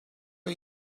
are